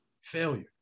failure